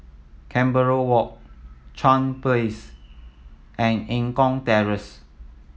Canberra Walk Chuan Place and Eng Kong Terrace